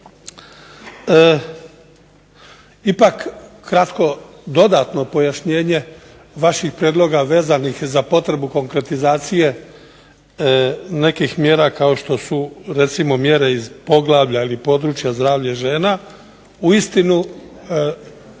Ipak, kratko dodatno pojašnjenje vaših prijedloga vezanih za potrebu konkretizacije nekih mjera kao što su recimo mjere iz poglavlja ili područja zdravlje žena. Uistinu